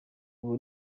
ubu